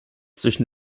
zwischen